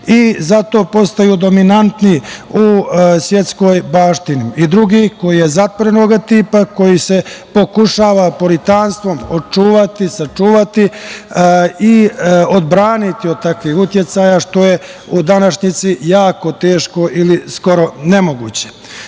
i zato postaju dominantniji u svetskoj baštini. Drugi, koji je zatvorenog tipa, koji se pokušava puritanstvom očuvati, sačuvati i odbraniti od takvih uticaja, što je u današnjici jako teško ili skoro nemoguće. Na